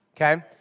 okay